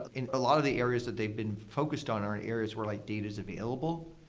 in a lot of the areas that they've been focused on are in areas where like data is available.